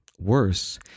Worse